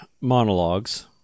monologues